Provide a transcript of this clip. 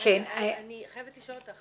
אני חייבת לשאול אותך,